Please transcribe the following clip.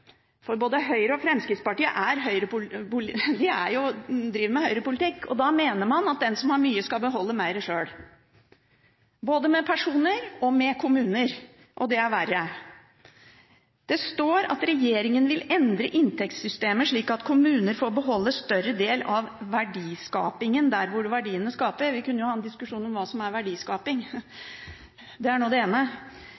for både Høyre og Fremskrittspartiet driver med høyrepolitikk, og da mener man at den som har mye, skal beholde mer sjøl – både personer og kommuner. Og det er verre. Det står at regjeringen vil endre inntektssystemer slik at kommuner får beholde en større del av verdiskapingen der hvor verdiene skapes. Vi kunne ha en diskusjon om hva som er verdiskaping